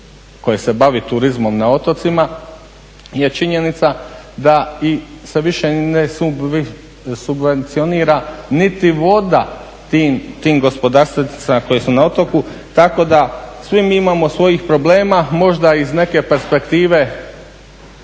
koje se bavi turizmom na otocima je činjenica da i se više ni ne subvencionira niti voda tim gospodarstvenicima koji su na otoku, tako da svi mi imamo svojih problema. Možda iz neke perspektive